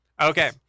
Okay